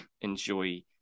enjoy